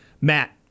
Matt